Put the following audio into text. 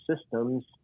systems